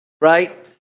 Right